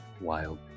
wild